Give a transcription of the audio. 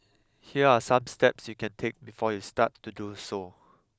here are some steps you can take before you start to do so